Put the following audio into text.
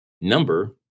Number